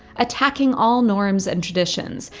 attacking all norms and traditions.